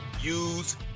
use